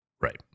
Right